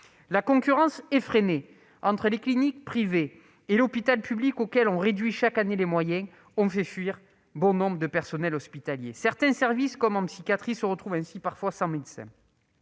La concurrence effrénée entre les cliniques privées et l'hôpital public dont on réduit chaque année les moyens a fait fuir bon nombre de personnels hospitaliers. Certains services, comme en psychiatrie, se retrouvent ainsi parfois sans médecin.